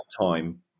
time